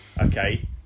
okay